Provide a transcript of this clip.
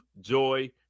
joy